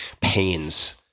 pains